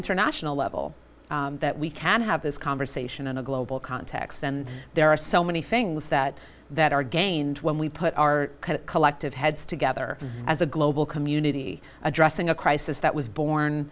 international level that we can have this conversation in a global context and there are so many things that that are gained when we put our collective heads together as a global community addressing a crisis that was born